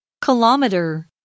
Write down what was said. Kilometer